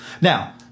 Now